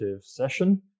session